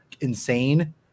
insane